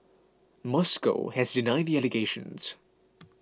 Moscow has denied the allegations